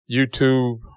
YouTube